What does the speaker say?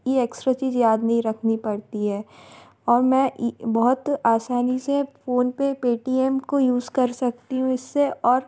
ये एक्सट्रा चीज़ याद नहीं रखनी पड़ती है और मैं बहुत ही आसानी से फ़ोन पर पेटीएम को यूज़ कर सकती हूँ इस से और